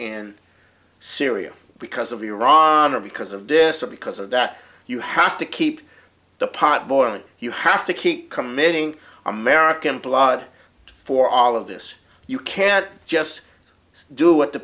and syria because of iran or because of disappear because of that you have to keep the pot boiling you have to keep committing american blood for all of this you can't just do what the